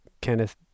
Kenneth